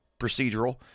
procedural